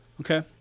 Okay